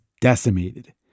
decimated